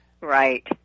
Right